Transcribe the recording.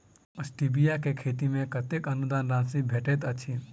Stevia केँ खेती मे कतेक अनुदान राशि भेटैत अछि?